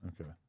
Okay